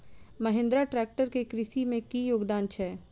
Mahindra tractor केँ कृषि मे की योगदान छै?